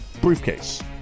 briefcase